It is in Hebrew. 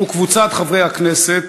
וקבוצת חברי הכנסת.